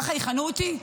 ככה יכנו אותי?